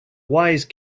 wise